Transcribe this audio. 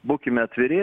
būkime atviri